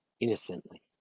innocently